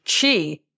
chi